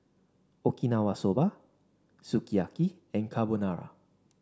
Okinawa Soba Sukiyaki and Carbonara